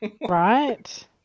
Right